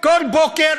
כל בוקר,